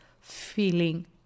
feeling